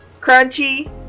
crunchy